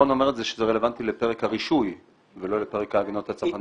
לירון אומרת שזה רלוונטי לפרק הרישוי ולא לפרק ההגנות הצרכניות.